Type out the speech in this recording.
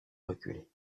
reculer